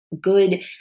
good